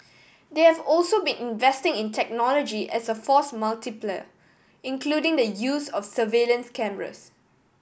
they have also been investing in technology as a force multiplier including the use of surveillance cameras